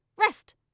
Rest